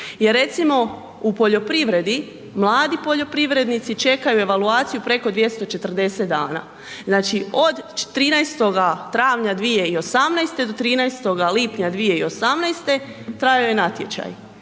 jer, recimo u poljoprivredi, mladi poljoprivrednici čekaju evaluaciju preko 240 dana. Znači od 13. travnja 2018. do 13. lipnja 2018. trajao je natječaj